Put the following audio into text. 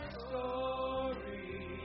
story